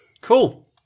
Cool